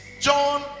john